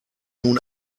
nun